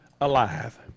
alive